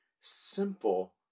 simple